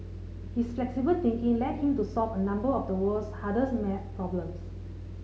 his flexible thinking led him to solve a number of the world's hardest maths problems